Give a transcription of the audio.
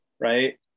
right